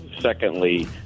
Secondly